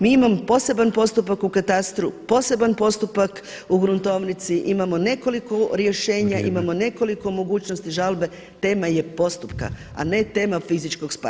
Mi imamo poseban postupak u katastru, poseban postupak u gruntovnici, imamo nekoliko rješenja, imamo nekoliko mogućnosti žalbe, tema je postupka a ne tema fizičkog spajanja.